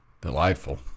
delightful